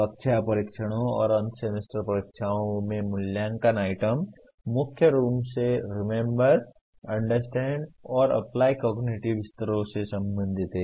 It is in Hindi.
कक्षा परीक्षणों और अंत सेमेस्टर परीक्षाओं में मूल्यांकन आइटम मुख्य रूप से रिमेम्बर अंडरस्टैंड और अप्लाई कॉगनिटिव स्तरों से संबंधित हैं